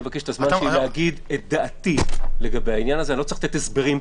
יואב, אתה מצביע נגד הסגר היום?